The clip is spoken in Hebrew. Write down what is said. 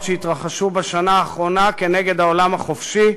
שהתרחשו בשנה האחרונה כנגד העולם החופשי,